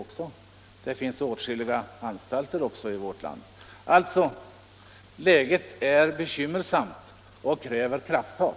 Och det finns åtskilliga anstalter i vårt land. Läget är bekymmersamt och kräver krafttag.